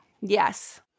Yes